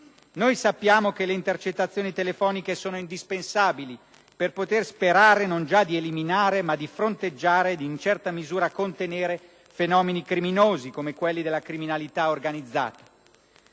Sappiamo che le intercettazioni telefoniche sono indispensabili per poter sperare non già di eliminare, ma di fronteggiare ed in certa misura contenere fenomeni criminosi come quelli della criminalità organizzata.